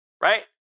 right